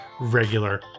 regular